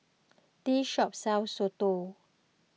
this shop sells Soto